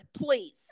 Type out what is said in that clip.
please